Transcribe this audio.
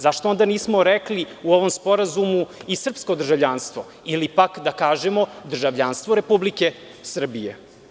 Zašto onda nismo rekli u ovom sporazumu i srpsko državljanstvo, ili pak da kažemo državljanstvo Republike Srbije.